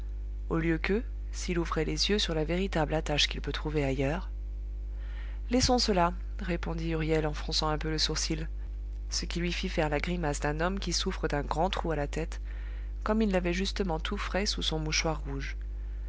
au lieu que s'il ouvrait les yeux sur la véritable attache qu'il peut trouver ailleurs laissons cela répondit huriel en fronçant un peu le sourcil ce qui lui fit faire la grimace d'un homme qui souffre d'un grand trou à la tête comme il l'avait justement tout frais sous son mouchoir rouge